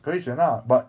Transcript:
可以选 lah but